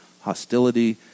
hostility